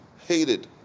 hated